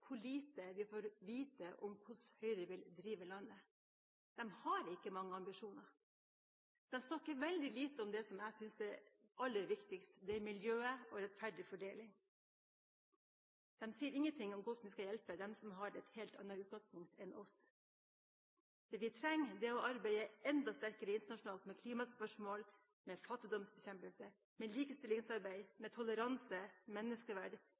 hvor lite vi får vite om hvordan Høyre vil drive landet. De har ikke mange ambisjoner. De snakker veldig lite om det som jeg syns er aller viktigst: miljø og rettferdig fordeling. De sier ingenting om hvordan vi skal hjelpe dem som har et helt annet utgangspunkt enn oss. Det vi trenger, er å arbeide enda sterkere internasjonalt med klimaspørsmål, med fattigdomsbekjempelse, med likestillingsarbeid, med toleranse, med menneskeverd,